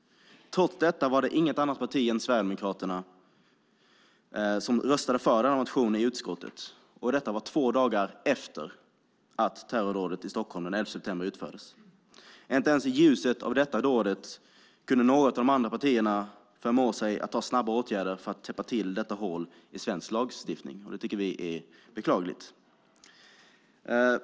Trots detta var det inget annat parti än Sverigedemokraterna som röstade för denna motion i utskottet. Detta var två dagar efter att terrordådet i Stockholm den 11 december utfördes. Inte ens i ljuset av detta dåd kunde något av de andra partierna förmå sig att vidta snabba åtgärder för att täppa till detta hål i svensk lagstiftning. Det tycker vi är beklagligt.